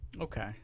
Okay